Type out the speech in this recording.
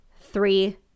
three